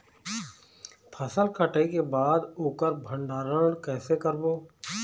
फसल कटाई के बाद ओकर भंडारण कइसे करबो?